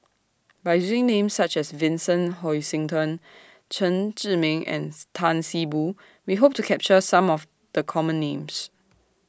By using Names such as Vincent Hoisington Chen Zhiming and Tan See Boo We Hope to capture Some of The Common Names